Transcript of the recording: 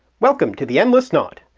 welcome to the endless knot!